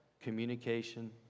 communication